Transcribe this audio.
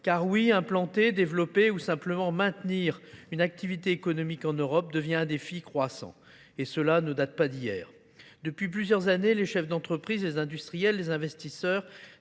Car oui, implanter, développer ou simplement maintenir une activité économique en Europe devient un défi croissant. Et cela ne date pas d'hier. Depuis plusieurs années, les chefs d'entreprise, les industriels, les investisseurs